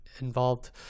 involved